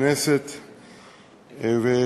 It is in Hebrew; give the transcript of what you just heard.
כנסת נכבדה,